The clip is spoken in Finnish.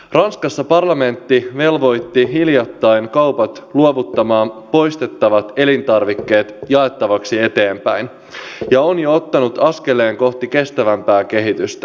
ranskassa parlamentti velvoitti hiljattain kaupat luovuttamaan poistettavat elintarvikkeet jaettavaksi eteenpäin ja on jo ottanut askeleen kohti kestävämpää kehitystä